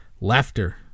laughter